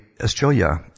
Australia